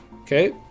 Okay